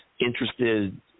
interested